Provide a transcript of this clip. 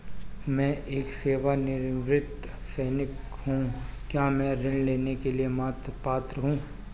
मैं एक सेवानिवृत्त सैनिक हूँ क्या मैं ऋण लेने के लिए पात्र हूँ?